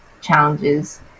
challenges